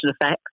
effects